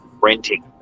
renting